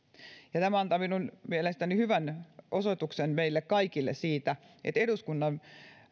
tämä antaa minun mielestäni hyvän osoituksen meille kaikille siitä että eduskunnan